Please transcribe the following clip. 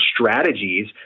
strategies